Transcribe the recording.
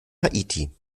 haiti